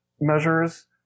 measures